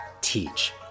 teach